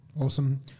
awesome